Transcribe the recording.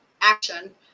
action